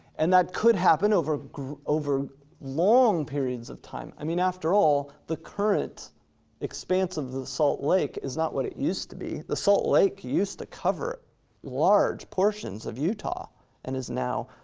and that could happen over over long periods of time. i mean, after all, the current expanse of the salt lake is not what it used to be. the salt lake used to cover large portions of utah and is now,